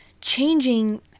changing